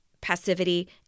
passivity